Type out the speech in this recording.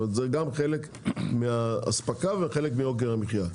זה גם חלק מהאספקה וגם וחלק מיוקר המחיה,